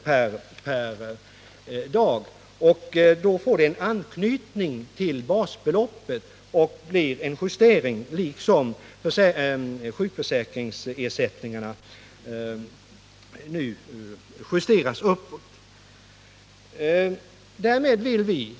per dag; därmed får man en anknytning till basbeloppet genom en justering i förhållande till detta i likhet med vad som gäller för sjukförsäkringsersättningarna, som ju nu justeras uppåt.